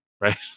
right